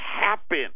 happen